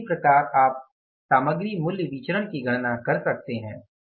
अब इसी प्रकार आप सामग्री मूल्य विचरण की गणना कर सकते हैं